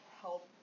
help